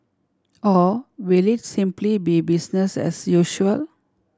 or will it simply be business as usual